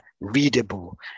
readable